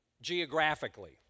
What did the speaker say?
geographically